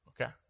Okay